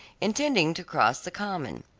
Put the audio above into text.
intending to cross the common.